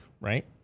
right